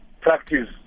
practice